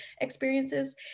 experiences